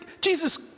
Jesus